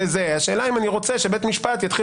השאלה היא אם אני רוצה שבית המשפט יוציא